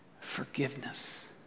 forgiveness